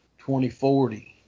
2040